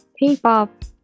K-pop